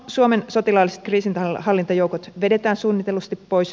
suomen sotilaalliset kriisinhallintajoukot vedetään suunnitellusti pois